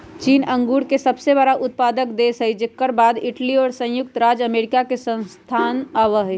चीन अंगूर के सबसे बड़ा उत्पादक देश हई जेकर बाद इटली और संयुक्त राज्य अमेरिका के स्थान आवा हई